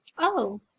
oh.